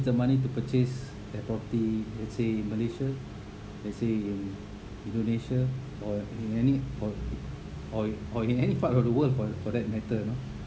the money to purchase their property let's say in malaysia let's say in indonesia or in any or or or in any part of the world for for that matter you know